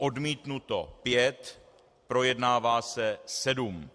Odmítnuto pět, projednává se sedm.